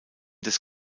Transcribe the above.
des